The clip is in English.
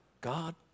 God